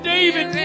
David